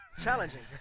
challenging